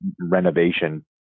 renovation